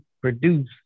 produce